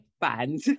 band